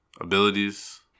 Abilities